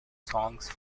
songs